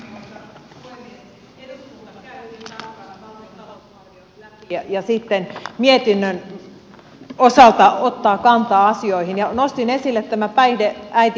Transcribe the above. eduskunta käy hyvin tarkkaan valtion talousarvion läpi ja sitten mietinnön osalta ottaa kantaa asioihin ja nostin esille tämän päihdeäitiasian